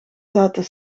zaten